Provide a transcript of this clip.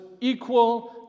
equal